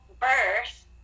birth